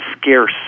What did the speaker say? scarce